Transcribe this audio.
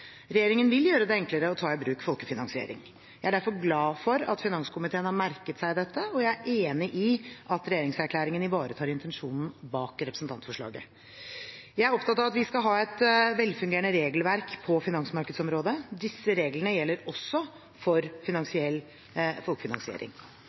Regjeringen vil gjøre det enklere å ta i bruk folkefinansiering. Jeg er derfor glad for at finanskomiteen har merket seg dette, og jeg er enig i at regjeringserklæringen ivaretar intensjonen bak representantforslaget. Jeg er opptatt av at vi skal ha et velfungerende regelverk på finansmarkedsområdet. Disse reglene gjelder også for